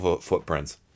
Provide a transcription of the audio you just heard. footprints